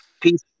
peace